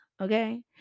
okay